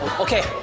okay,